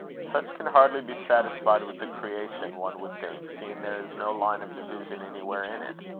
such can hardly be satisfied with the creation, one would think, seeing there is no line of division anywhere in it.